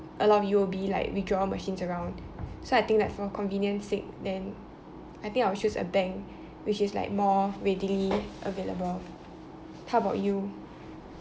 a lot of U_O_B like withdrawal machines around so I think like for convenience sake then I think I'll choose a bank which is like more readily available how about you